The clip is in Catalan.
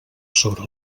sobre